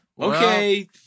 Okay